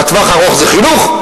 בטווח הארוך זה חינוך,